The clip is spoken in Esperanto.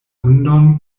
hundon